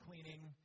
cleaning